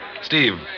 Steve